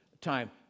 time